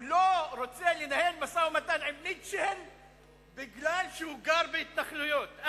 הוא לא רוצה לנהל משא-ומתן עם מיטשל כי הוא גר בהתנחלויות.